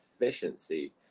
efficiency